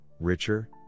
richer